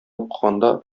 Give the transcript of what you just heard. укыганда